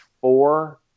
four